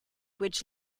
which